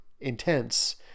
intense